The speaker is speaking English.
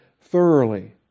thoroughly